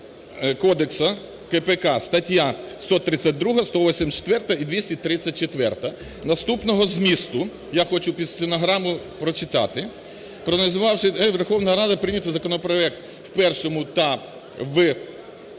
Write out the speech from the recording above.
кодексу, КПК, стаття 132, 184-а і 234-а, наступного змісту. Я хочу під стенограму прочитати: "Проаналізувавши… Верховна Рада прийняти законопроект в першому та в